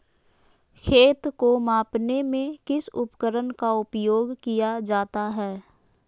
खेत को मापने में किस उपकरण का उपयोग किया जाता है?